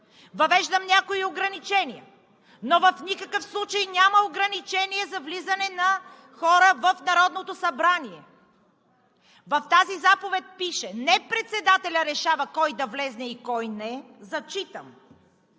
въвеждам някои ограничения, но в никакъв случай няма ограничения за влизане на хора в Народното събрание. В тази заповед пише не председателят решава кой да влезе и кой не, зачитам: